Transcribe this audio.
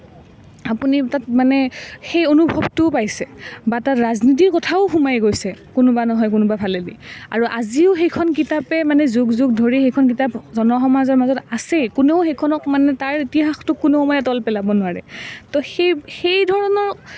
আপুনি তাত মানে সেই অনুভৱটোও পাইছে বা তাত ৰাজনীতিৰ কথাও সোমাই গৈছে কোনোবা নহয় কোনোবা ফালেদি আৰু আজিও সেইখন কিতাপে মানে যুগ যুগ ধৰি সেইখন কিতাপ জনসমাজৰ মাজত আছে কোনেও সেইখনক মানে তাৰ ইতিহাসটো কোনেও মানে তল পেলাব নোৱাৰে তো সেই সেই ধৰণৰ